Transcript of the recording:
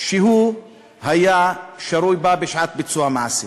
שהוא היה שרוי בה בשעת ביצוע המעשה,